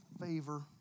favor